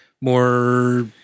more